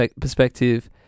perspective